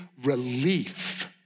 relief